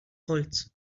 holz